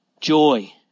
Joy